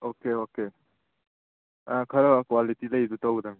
okay okay ꯈꯔ quality ꯂꯩꯕ ꯇꯧꯒꯗꯕꯅꯦ